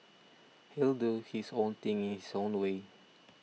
he'll do his own thing in his own way